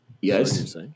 Yes